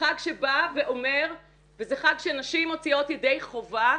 זה חג שנשים מוציאות ידי חובה,